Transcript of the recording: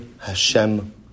Hashem